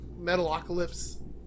Metalocalypse